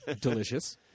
Delicious